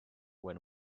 when